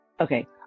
Okay